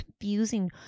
confusing